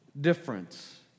difference